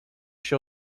się